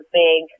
big